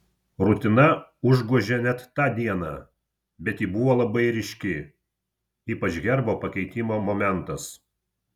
rutina užgožė net tą dieną bet ji buvo labai ryški ypač herbo pakeitimo momentas